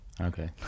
okay